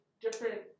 different